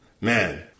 Man